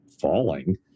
falling